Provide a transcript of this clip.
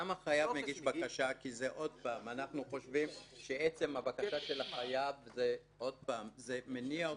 אנחנו חושבים שעצם הבקשה של החייב מניעה אותו.